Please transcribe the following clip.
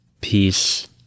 Peace